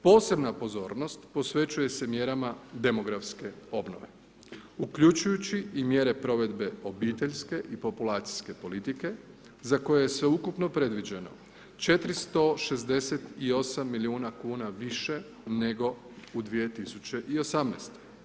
Posebna pozornost posvećuje se mjerama demografske obnove uključujući i mjere provedbe obiteljske i populacijske politike za koje je sveukupno predviđeno 468 milijuna kuna više nego u 2018.